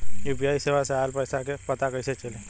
UPI सेवा से ऑयल पैसा क पता कइसे चली?